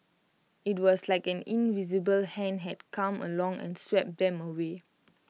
IT was like an invisible hand had come along and swept them away